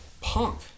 punk